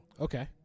Okay